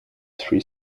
three